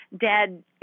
dead